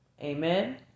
Amen